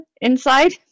inside